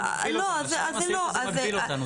לא, השאלה אם זה מגביל אותנו.